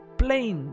plain